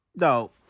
no